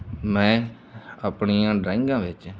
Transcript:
ਮੈਂ ਆਪਣੀਆਂ ਡਰਾਇੰਗਾਂ ਵਿੱਚ